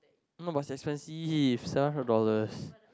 no but it's expensive seven hundred dollars